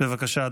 בבקשה,